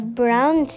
brown